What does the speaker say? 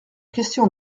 question